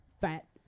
Fat